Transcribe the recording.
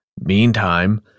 Meantime